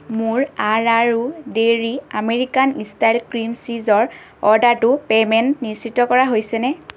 মোৰ আৰ আৰ ও ডেইৰী আমেৰিকান ষ্টাইল ক্ৰীম চীজৰ অৰ্ডাৰটোৰ পে'মেণ্ট নিশ্চিত কৰা হৈছেনে